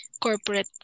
corporate